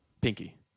pinky